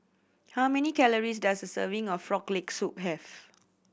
how many calories does a serving of Frog Leg Soup have